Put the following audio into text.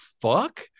fuck